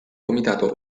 comitato